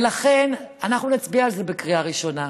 לכן, אנחנו נצביע על זה בקריאה ראשונה,